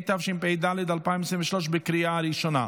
התשפ"ד 2023, לקריאה הראשונה.